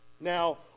Now